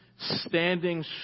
standing